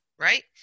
right